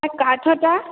ଆଉ କାଠଟା